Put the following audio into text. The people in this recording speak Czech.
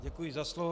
Děkuji za slovo.